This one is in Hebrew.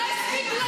תחזקו.